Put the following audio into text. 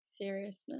seriousness